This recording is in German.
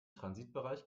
transitbereich